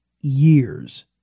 years